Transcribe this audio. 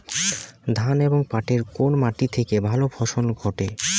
ধান এবং পাটের কোন মাটি তে ভালো ফলন ঘটে?